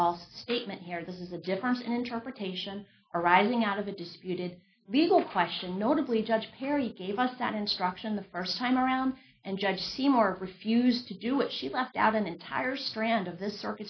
false statement here is a difference in interpretation arising out of a disputed legal question notably judge perry gave us that instruction the first time around and judge seymour refused to do it she left out an entire strand of th